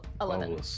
Eleven